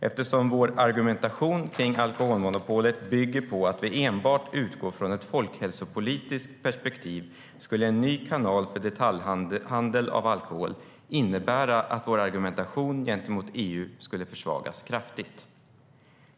Eftersom vår argumentation kring alkoholmonopolet bygger på att vi enbart utgår från ett folkhälsopolitiskt perspektiv skulle en ny kanal för detaljhandel av alkohol innebära att vår argumentation gentemot EU skulle försvagas kraftigt.